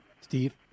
Steve